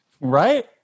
Right